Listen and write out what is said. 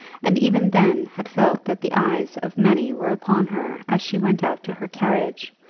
and even then had felt that the eyes of many were upon her as she went out to her carriage,